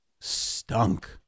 stunk